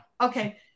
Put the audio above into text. Okay